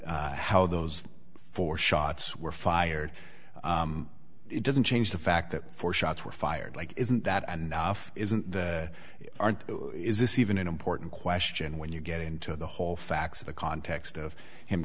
how those four shots were fired it doesn't change the fact that four shots were fired like isn't that enough isn't that aren't the is this even an important question when you get into the whole facts of the context of him